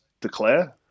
declare